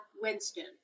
Winston